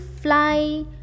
fly